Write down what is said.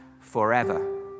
forever